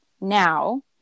now